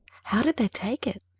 how did they take it?